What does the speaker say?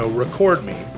ah record me.